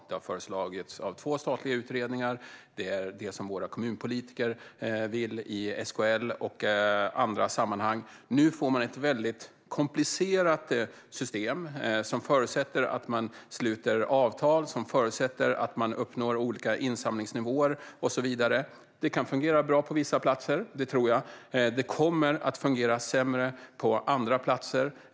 Det har föreslagits av två statliga utredningar, och det är det som våra kommunpolitiker vill i SKL och andra sammanhang. Nu får vi ett väldigt komplicerat system som förutsätter att man sluter avtal, uppnår olika insamlingsnivåer och så vidare. Det kan fungera bra på vissa platser; det tror jag. Det kommer att fungera sämre på andra platser.